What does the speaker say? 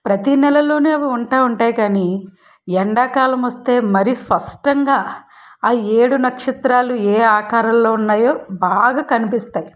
ప్రతి నెలలో ఉంటు ఉంటాయి కానీ ఎండాకాలం వస్తే మరి స్పష్టంగా ఆ ఏడు నక్షత్రాలు ఏ ఆకారంలో ఉన్నాయో బాగా కనిపిస్తాయి